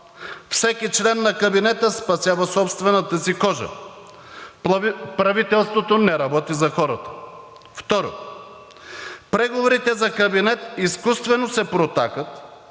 всеки член на кабинета спасява собствената си кожа, правителството не работи за хората; второ, преговорите за кабинет изкуствено се протакат